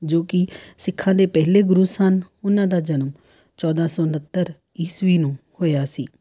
ਜੋ ਕਿ ਸਿੱਖਾਂ ਦੇ ਪਹਿਲੇ ਗੁਰੂ ਸਨ ਉਹਨਾਂ ਦਾ ਜਨਮ ਚੌਦ੍ਹਾਂ ਸੌ ਉਣਹੱਤਰ ਈਸਵੀ ਨੂੰ ਹੋਇਆ ਸੀ